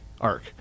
arc